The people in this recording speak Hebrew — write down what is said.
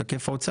את היקף ההוצאה,